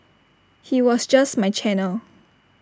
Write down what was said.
he was just my channel